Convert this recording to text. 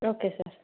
okay sir